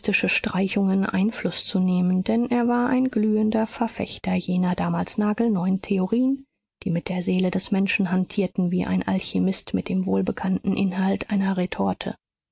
einfluß zu nehmen denn er war ein glühender verfechter jener damals nagelneuen theorien die mit der seele des menschen hantierten wie ein alchimist mit dem wohlbekannten inhalt einer retorte